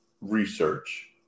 research